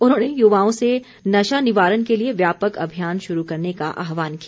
उन्होंने युवाओं से नशा निवारण के लिए व्यापक अभियान शुरू करने का आहवान किया